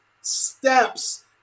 steps